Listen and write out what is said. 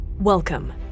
Welcome